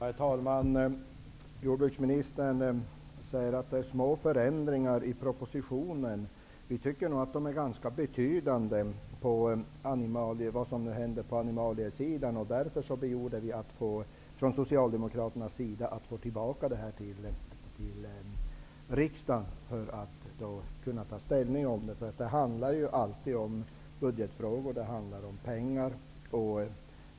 Herr talman! Jordbruksministern säger att förändringarna i propositionen är små. Vi socialdemokrater tycker nog att de är ganska betydande när det gäller vad som händer på animaliesidan. Socialdemokraterna begärde därför att få tillbaka ärendet till riksdagen för att kunna ta ställning. Det handlar ju alltid om budgetfrågor och pengar.